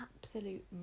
absolute